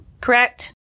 Correct